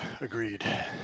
agreed